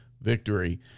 victory